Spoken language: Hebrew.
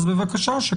אז בבקשה,